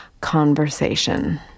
conversation